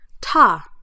Ta